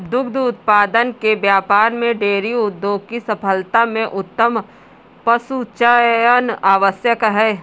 दुग्ध उत्पादन के व्यापार में डेयरी उद्योग की सफलता में उत्तम पशुचयन आवश्यक है